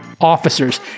officers